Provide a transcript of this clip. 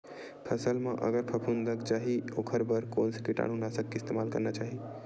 फसल म अगर फफूंद लग जा ही ओखर बर कोन से कीटानु नाशक के इस्तेमाल करना चाहि?